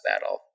battle